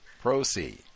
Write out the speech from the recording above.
Proceed